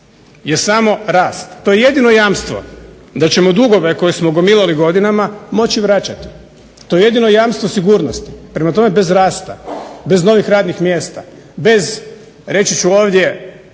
je samo rast. To je jedino jamstvo da ćemo dugove koje smo gomilali godinama moći vraćati, to je jedino jamstvo sigurnosti. Prema tome bez rasta, bez novih radnih mjesta, bez reći ću ovdje